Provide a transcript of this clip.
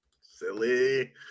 Silly